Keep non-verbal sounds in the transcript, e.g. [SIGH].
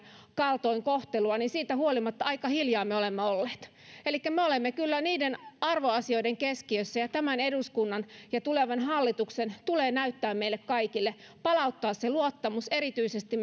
kaltoinkohtelua niin siitä huolimatta aika hiljaa me olemme olleet elikkä me olemme kyllä niiden arvoasioiden keskiössä ja tämän eduskunnan ja tulevan hallituksen tulee näyttää meille kaikille ja palauttaa se luottamus erityisesti [UNINTELLIGIBLE]